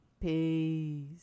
Peace